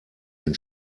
den